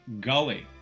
Gully